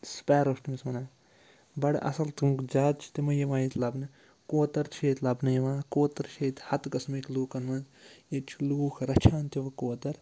سٕپٮ۪رو چھِ تٔمِس وَنان بَڑٕ اَصٕل تِم زیادٕ چھِ تِمَے یِوان ییٚتہِ لَبنہٕ کوتَر چھِ ییٚتہِ لَبنہٕ یِوان کوتَر چھِ ییٚتہِ حَتہٕ قٕسمٕکۍ لوٗکَن منٛز ییٚتہِ چھِ لوٗکھ رَچھان تہِ وٕ کوتَر